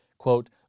quote